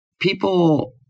people